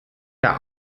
der